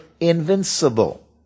invincible